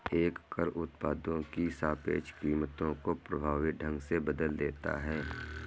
एक कर उत्पादों की सापेक्ष कीमतों को प्रभावी ढंग से बदल देता है